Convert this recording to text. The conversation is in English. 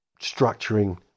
structuring